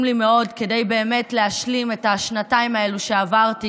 לי מאוד כדי להשלים את השנתיים האלו שעברתי